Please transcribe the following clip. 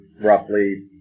roughly